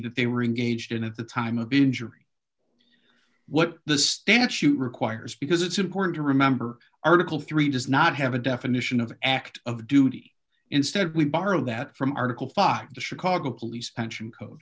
that they were engaged in at the time of the injury what the statute requires because it's important to remember article three does not have a definition of the act of duty instead we borrow that from article five of the chicago police pension code